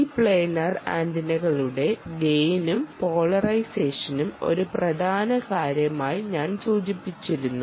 ഈ പ്ലാനാർ ആൻറിനകളുടെ ഗെയിനും പോളറൈസേഷനും ഒരു പ്രധാന കാര്യമായി ഞാൻ സൂചിപ്പിച്ചിരുന്നു